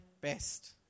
best